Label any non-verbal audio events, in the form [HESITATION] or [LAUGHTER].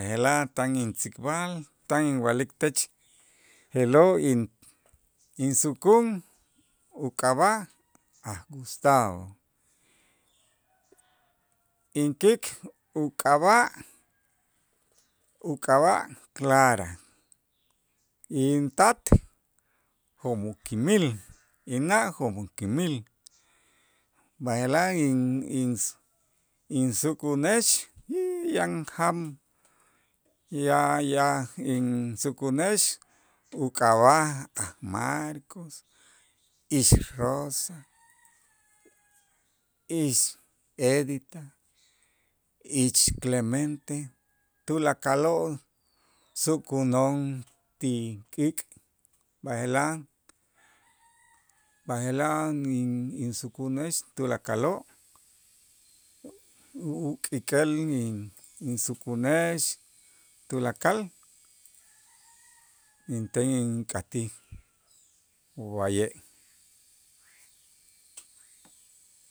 B'aje'laj tan intzikb'al tan inwa'liktech je'lo' in- insukun uk'ab'a' Aj Gustavo, inkik uk'ab'a' uk'ab'a' Clara, intat jo'mu kimil, inna' jo'mu kimil, b'ajelaj in- insu insukunex [HESITATION] yan jaab' ya ya insukunex uk'ab'a' Aj Marcos, Ix Rosa, ix Edita, Ich Clemente tulakaloo' sukuno'on ti k'ik' b'aje'laj, b'aje'laj insukunex tulakaloo' u- uk'ik'el in- insukunex tulakal inten ink'atij wa'ye'.